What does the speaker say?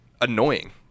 annoying